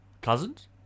Cousins